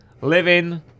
living